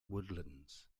woodlands